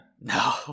No